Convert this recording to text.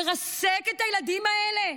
לרסק את הילדים האלה,